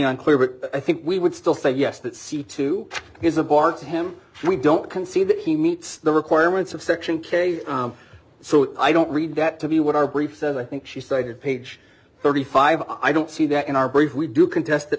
unclear but i think we would still say yes that c to his a bar to him we don't concede that he meets the requirements of section k so i don't read that to be what our brief said i think she cited page thirty five i don't see that in our brief we do contest that